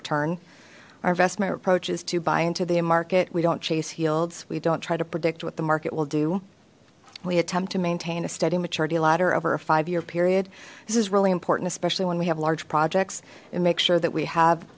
is to buy into the market we don't chase heald's we don't try to predict what the market will do we attempt to maintain a steady maturity ladder over a five year period this is really important especially when we have large projects and make sure that we have